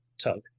tug